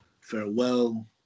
Farewell